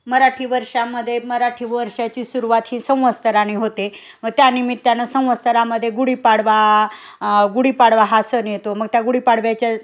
मराठी वर्षामध्ये मराठी वर्षाची सुरुवात ही संवस्तराने होते व त्यानिमित्ताने संवस्तरामध्ये गुढीपाडवा गुढीपाडवा हा सण येतो मग त्या गुढीपाडव्याच्या